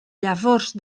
llavors